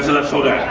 left shoulder,